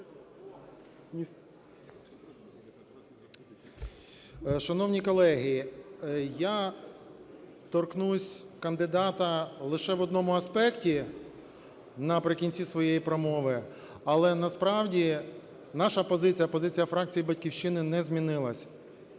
Шановні колеги, я торкнусь кандидата лише в одному аспекті наприкінці своєї промови. Але насправді наша позиція, позиція фракції "Батьківщина", не змінилась.